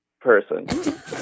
person